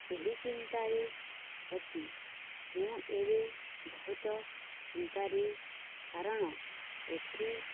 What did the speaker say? ସେହି ଚିନ୍ତାରେ ଅଛି ମୁଁ ଏବେ ବହୁତ ଚିନ୍ତାରେ କାରଣ ଏଠି